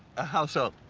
ah how so?